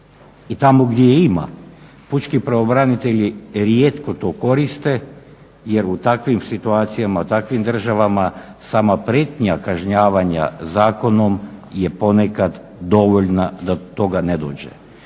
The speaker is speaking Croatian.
i tamo gdje ima pučki pravobranitelji rijetko to koriste jer u takvim situacijama, u takvim državama sama prijetnja kažnjavanja zakonom je ponekad dovoljna da do toga ne dođe.